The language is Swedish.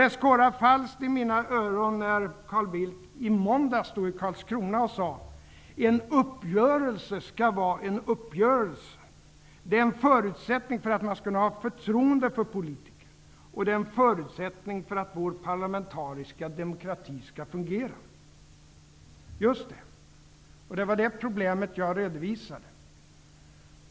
Det skorrar falskt i mina öron när Carl Bildt i måndags i Karlskrona sade: ''En uppgörelse skall vara en uppgörelse. Det är en förutsättning för att man skall kunna ha förtroende för politiker. Och det är en förutsättning för att vår parlamentariska demokrati skall fungera.'' Just det. Det var det problemet jag redovisade.